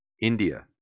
India